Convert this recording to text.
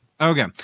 Okay